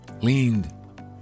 leaned